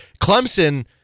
Clemson